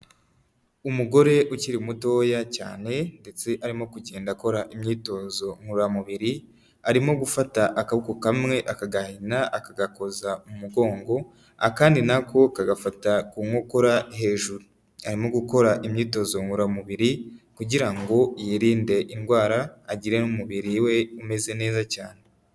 Umugore ukiri mutoya cyane ndetse arimo kugenda akora imyitozo ngororamubiri, arimo gufata akaboko kamwe akagahina akagakoza mu mugongo akandi nako kagafata ku nkokora hejuru, arimo gukora imyitozo ngororamubiri kugira ngo yirinde indwara agire n'umubiri we umeze neza cyane.